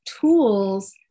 tools